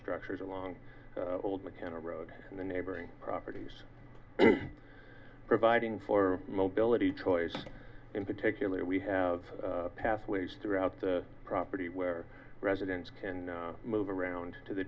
structures along old mckenna road and the neighboring properties providing for mobility choice in particular we have pathways throughout the property where residents can move around to the